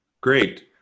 great